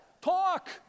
Talk